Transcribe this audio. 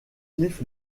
cliff